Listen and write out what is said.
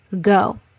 go